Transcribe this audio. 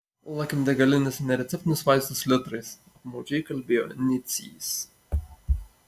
lakim degalinėse nereceptinius vaistus litrais apmaudžiai kalbėjo nicys